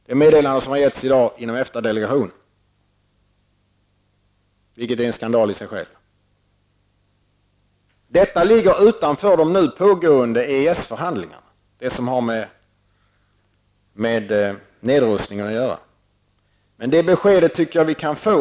Detta meddelande gavs, som sagt, i dag i EFTA delegationen -- här vill jag tala om en skandal i sig. Det som har med nedrustningen att göra ligger utanför de nu pågående EES-förhandlingarna.